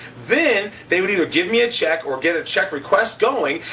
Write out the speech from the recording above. then they would either give me a cheque or get a cheque request going.